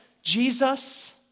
Jesus